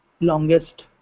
longest